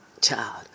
child